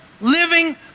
living